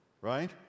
Right